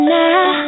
now